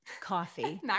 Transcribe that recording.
coffee